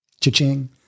cha-ching